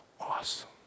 awesome